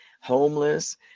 homeless